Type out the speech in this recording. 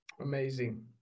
Amazing